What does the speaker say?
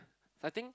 I think